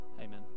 amen